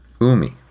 Umi